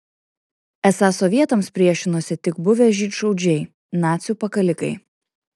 esą sovietams priešinosi tik buvę žydšaudžiai nacių pakalikai